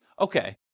okay